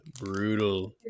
brutal